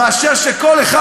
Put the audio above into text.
מאשר שכל אחד,